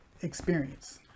experience